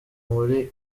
muri